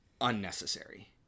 unnecessary